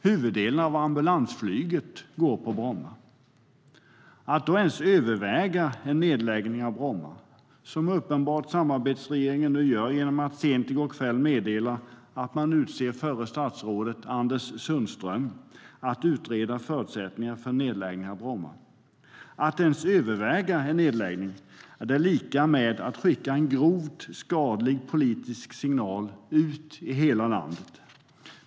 Huvuddelen av ambulansflyget går på Bromma.Att då ens överväga en nedläggning av Bromma, som uppenbart samarbetsregeringen gör i och med att man sent i går kväll meddelade att man utser förre statsrådet Anders Sundström att utreda förutsättningarna, är lika med att skicka en grovt skadlig politisk signal ut i hela landet.